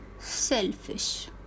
Selfish